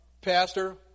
pastor